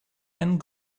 and